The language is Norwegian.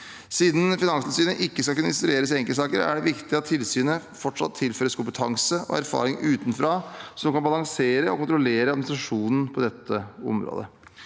Siden Finanstilsynet ikke skal kunne instrueres i enkeltsaker, er det viktig at tilsynet fortsatt tilføres kompetanse og erfaring utenfra som kan balansere og kontrollere administrasjonen på dette området.